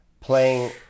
playing